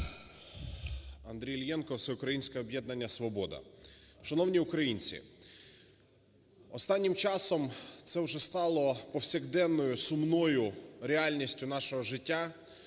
Андрій Іллєнко. Всеукраїнське об'єднання "Свобода". Шановні українці! Останнім часом це вже стало повсякденною сумною реальністю нашого життя,